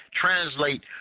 translate